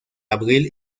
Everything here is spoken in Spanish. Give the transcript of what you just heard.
abril